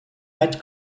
red